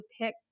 pick